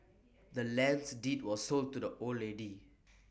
the land's deed was sold to the old lady